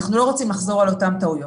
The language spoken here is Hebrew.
אנחנו לא רוצים לחזור על אותן טעויות.